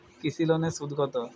কৃষি লোনের সুদ কত?